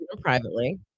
privately